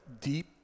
deep